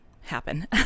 happen